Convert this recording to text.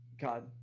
God